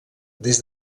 des